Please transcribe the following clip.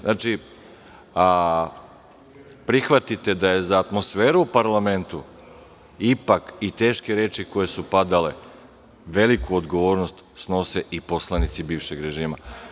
Znači, prihvatite da za atmosferu u parlamentu ipak, i teške reči koje su padale, veliku odgovornost snose i poslanici bivšeg režima.